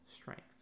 strength